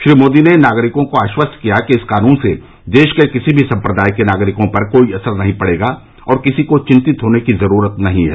श्री मोदी ने नागरिकों को आश्वस्त किया कि इस कानून से देश के किसी भी सम्प्रदाय के नागरिकों पर कोई असर नहीं पडेगा और किसी को विंतित होने की जरूरत नहीं है